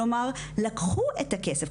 כלומר לקחו את הכסף,